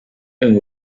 and